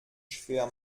schwer